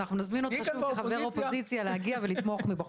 אנחנו נזמין אותך שוב כחבר אופוזיציה להגיע ולתמוך מבחוץ.